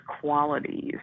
qualities